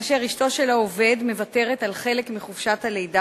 כאשר אשתו של העובד מוותרת על חלק מחופשת הלידה